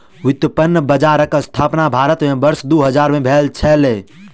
व्युत्पन्न बजारक स्थापना भारत में वर्ष दू हजार में भेल छलै